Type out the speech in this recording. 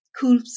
Cool